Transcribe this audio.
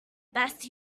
best